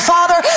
Father